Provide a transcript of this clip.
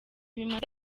bimaze